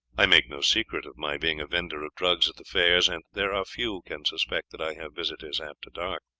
i make no secret of my being a vendor of drugs at the fairs, and there are few can suspect that i have visitors after dark.